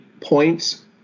points